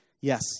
Yes